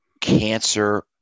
cancer